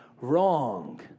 wrong